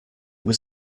was